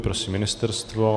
Prosím ministerstvo?